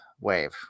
wave